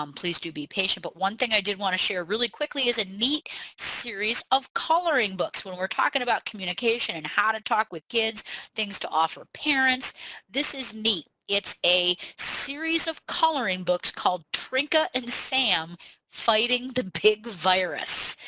um please do be patient but one thing i did want to share really quickly is a neat series of coloring books when we're talking about communication and how to talk with kids things to offer parents this is neat. it's a series of coloring books called trinka and sam fighting the big virus.